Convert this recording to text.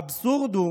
האבסורד הוא